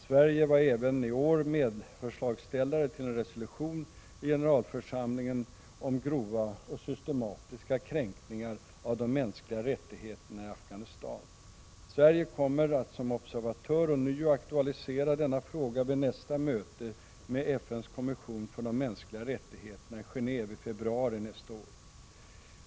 Sverige var även i år medförslagsställare till en resolution i generalförsamlingen om grova och systematiska kränkningar av de mänskliga rättigheterna i Afghanistan. Sverige kommer att som observatör ånyo aktualisera denna fråga vid nästa möte med FN:s kommission för de mänskliga rättigheterna i Geneve i februari nästa år.